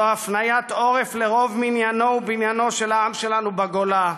זו הפניית עורף לרוב מניינו ובניינו של העם שלנו בגולה.